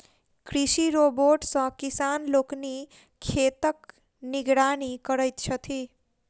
कृषि रोबोट सॅ किसान लोकनि खेतक निगरानी करैत छथि